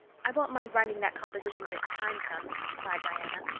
i won't mind writing that composition when its time comes, sighed diana.